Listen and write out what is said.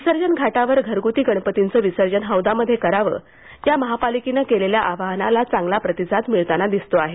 विसर्जन घाटांवर घरग्ती गणपतींचं विसर्जन हौदांमध्ये करावं या महापालिकेनं केलेल्या आवाहनाला चांगला प्रतिसाद मिळताना दिसतो आहे